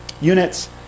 units